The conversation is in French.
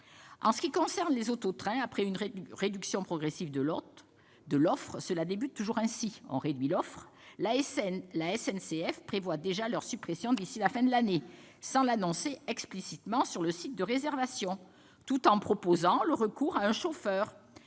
En ce qui concerne les auto-trains, après une réduction progressive de l'offre- cela débute toujours ainsi -, la SNCF prévoit déjà leur suppression d'ici à la fin de l'année, sans l'annoncer explicitement sur le site de réservation, tout en proposant le recours à un chauffeur.